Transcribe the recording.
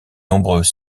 nombreux